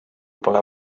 pole